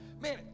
man